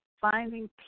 Finding